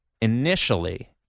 initially